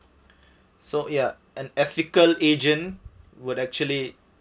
so ya and ethical agent would actually